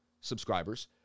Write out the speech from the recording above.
subscribers